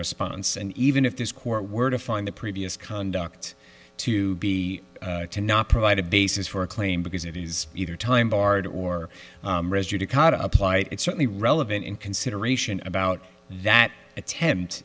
response and even if this court were to find the previous conduct to be to not provide a basis for a claim because it is either time barred or judicata apply it certainly relevant in consideration about that attempt